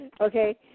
Okay